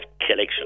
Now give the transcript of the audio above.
collection